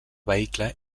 vehicle